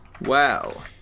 Wow